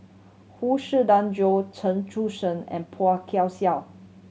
Huang Shiqi Joan Chen Sucheng and Phua Kin Siang